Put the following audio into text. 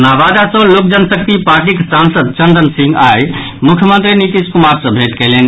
नवादा सॅ लोक जनशक्ति पार्टीक सांसद चंदन सिंह आइ मुख्यमंत्री नीतीश कुमार सॅ भेंट कयलनि